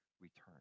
return